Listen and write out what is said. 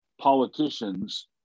politicians